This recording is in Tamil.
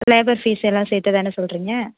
லேபர் ஃபீஸ் எல்லாம் சேர்த்து தானே சொல்லுறீங்க